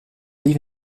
livre